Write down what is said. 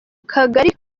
kagari